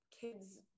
kids